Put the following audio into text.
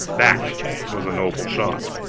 that was a noble shot!